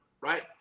right